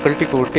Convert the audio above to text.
ah people